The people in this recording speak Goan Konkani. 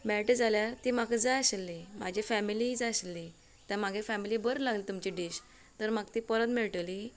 मेळटा जाल्यार ती म्हाका जाय आशिल्ली म्हाज्या फेमिलीक जाय आसली तीं मागे फेमिलीक बरी लागली ती डिश म्हण म्हाका ती परत मेळटली